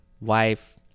wife